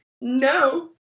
no